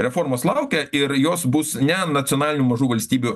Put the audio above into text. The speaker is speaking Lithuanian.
reformos laukia ir jos bus ne nacionalinių mažų valstybių